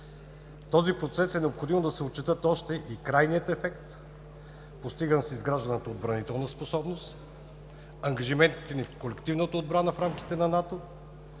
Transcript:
този процес е необходимо да се отчетат още и крайния ефект постиган с изграждането на отбранителната способност, ангажиментите ни в колективната отбрана в рамките на НАТО,